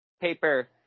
paper